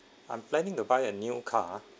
I'm planning to buy a new car